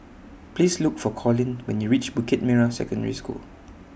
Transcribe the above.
Please Look For Collin when YOU REACH Bukit Merah Secondary School